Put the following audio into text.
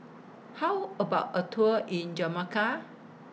How about A Tour in Jamaica